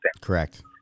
Correct